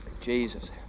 Jesus